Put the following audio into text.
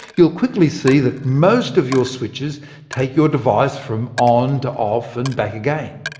you'll quickly see that most of your switches take your device from on to off, and back again.